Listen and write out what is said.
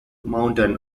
mountain